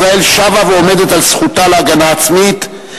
ישראל שבה ועומדת על זכותה להגנה עצמית,